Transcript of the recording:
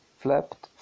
flapped